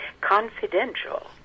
Confidential